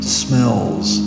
smells